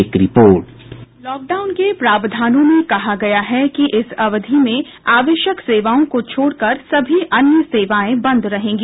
एक report byte lockdown के प्रावधानों में कहा गया है कि इस अवधि में आवश्यक सेवाओं को छोड़कर सभी अन्य सेवाएं बंद रहेंगी